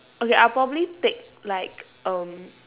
okay I'll probably take like um